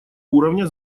уровня